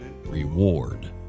reward